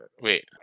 Wait